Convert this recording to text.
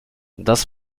das